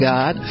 God